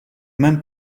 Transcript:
même